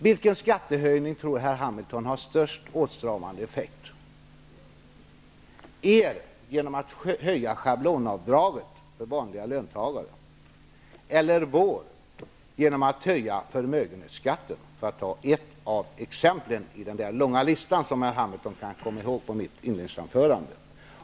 Vilken skattehöjning tror Carl B. Hamilton har störst åtstramande effekt: den av er föreslagna skattehöjningen genom ändrat schablonavdrag för vanliga löntagare, eller den av oss föreslagna skattehöjningen genom höjd förmögenhetsskatt? -- för att ta ett exempel ur den långa lista som jag läste upp i mitt inledningsanförande.